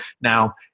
Now